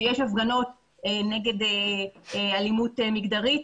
כשיש הפגנות נגד אלימות מגדרית,